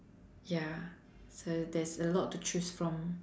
ya so there's a lot to choose from